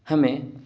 ہمیں